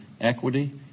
equity